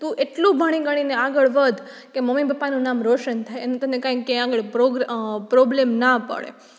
તું એટલું ભણી ગણીને આગળ વધ કે મમ્મી પપ્પાનું નામ રોશન થાય અને તને કંઈ ક્યાંય આગળ પ્રોગ પ્રોબ્લેમ ન પડે